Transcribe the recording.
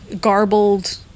garbled